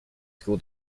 school